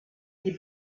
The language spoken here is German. die